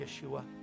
Yeshua